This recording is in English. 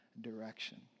direction